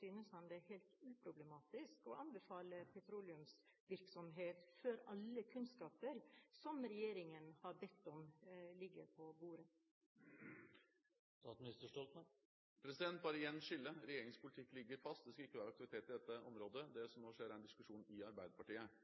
Synes han det er helt uproblematisk å anbefale petroleumsvirksomhet før alle kunnskaper som regjeringen har bedt om, ligger på bordet? Jeg vil igjen få slå fast: Regjeringens politikk ligger fast. Det skal ikke være aktivitet i dette området. Det som nå skjer, er en diskusjon i Arbeiderpartiet,